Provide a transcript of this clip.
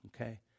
Okay